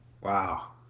Wow